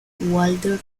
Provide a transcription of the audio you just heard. walter